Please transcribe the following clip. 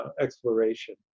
exploration